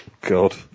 God